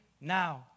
now